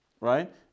Right